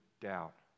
doubt